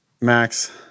Max